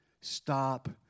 stop